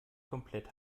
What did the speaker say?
komplett